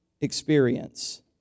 experience